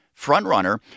frontrunner